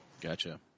Gotcha